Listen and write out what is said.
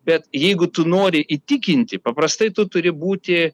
bet jeigu tu nori įtikinti paprastai tu turi būti